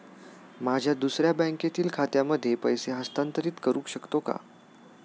माझ्या दुसऱ्या बँकेतील खात्यामध्ये पैसे हस्तांतरित करू शकतो का?